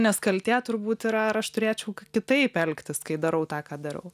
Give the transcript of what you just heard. nes kaltė turbūt yra ar aš turėčiau kitaip elgtis kai darau tą ką darau